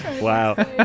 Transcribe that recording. Wow